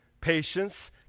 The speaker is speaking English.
patience